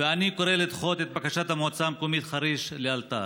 אני קורא לדחות את בקשת המועצה המקומית חריש לאלתר.